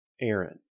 Aaron